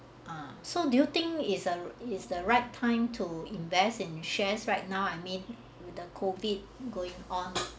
ah so do you think is a is the right time to invest in shares right now I mean with the COVID going on